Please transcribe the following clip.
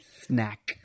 snack